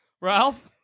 Ralph